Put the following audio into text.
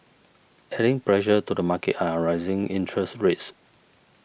adding pressure to the market are rising interest rates